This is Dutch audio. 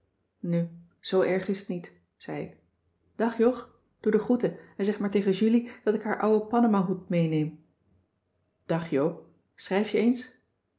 nu zoo erg is t niet zei ik dag jog doe de groeten en zeg maar tegen julie dat ik haar ouwe panamahoed meeneem dag joop schrijf je eens